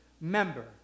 member